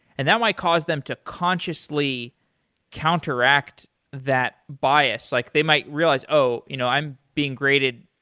and that might cause them to consciously counteract that bias. like they might realize, oh, you know i'm being graded,